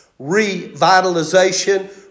revitalization